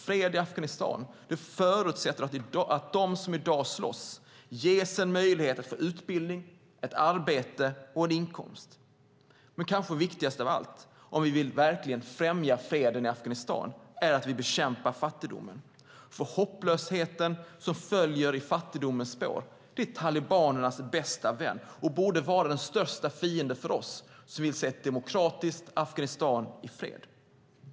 Fred i Afghanistan förutsätter att de som i dag slåss ges en möjlighet att få utbildning, arbete och inkomst. Det kanske viktigaste av allt om vi vill främja fred i Afghanistan är att vi bekämpar fattigdomen. Hopplösheten som följer i fattigdomens spår är talibanernas bästa vän och borde vara den största fienden för oss som önskar se ett demokratiskt Afghanistan i fred.